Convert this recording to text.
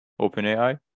OpenAI